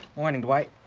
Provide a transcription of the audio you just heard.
morning dwight.